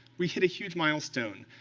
we hit a huge milestone,